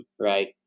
right